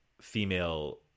female